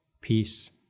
peace